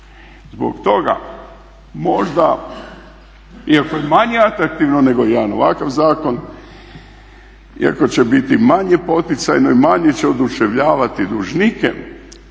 Zbog toga možda iako je manje atraktivno nego jedan ovakav zakon iako će biti manje poticajno i manje će oduševljavati dužnike